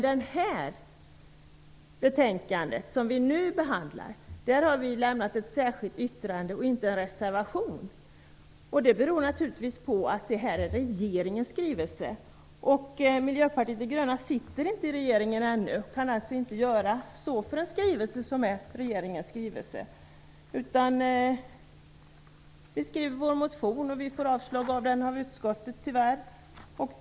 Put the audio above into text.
Till det betänkande som nu behandlas har vi lämnat ett särskilt yttrande och inte en reservation. Det beror naturligtvis på att detta rör sig om regeringens skrivelse. Miljöpartiet de gröna sitter inte i regeringen ännu så vi kan naturligtvis inte stå för en regeringsskrivelse. Men vi har väckt vår motion som tyvärr har avstyrkts av utskottet.